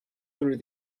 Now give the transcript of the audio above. through